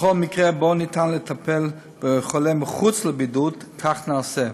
בכל מקרה שניתן לטפל בחולה מחוץ לבידוד, כך נעשה.